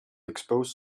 expose